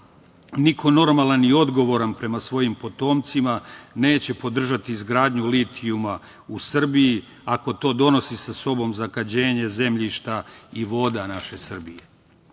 niko normalan i odgovoran prema svojim potomcima neće podržati izgradnju litijuma u Srbiji, ako to donosi sa sobom zagađenje zemljišta i voda naše Srbije.